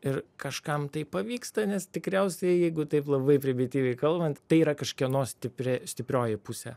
ir kažkam tai pavyksta nes tikriausiai jeigu taip labai primityviai kalbant tai yra kažkieno stipri stiprioji pusė